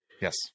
Yes